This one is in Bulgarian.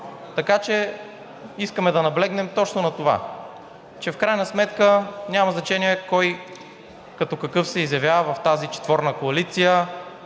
Така че искаме да наблегнем точно на това, че в крайна сметка няма значение кой като какъв се изявява в тази четворна коалиция,